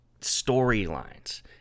storylines